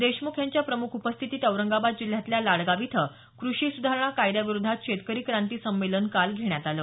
देशमुख यांच्या प्रमुख उपस्थितीत औरंगाबाद जिल्ह्यातल्या लाडगाव इथं कृषी सुधारणा कायद्या विरोधात शेतकरी क्रांती संमेलन काल घेण्यात आलं